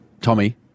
Tommy